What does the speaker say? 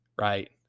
right